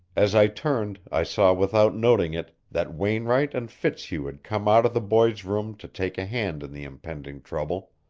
as i turned i saw without noting it that wainwright and fitzhugh had come out of the boy's room to take a hand in the impending trouble.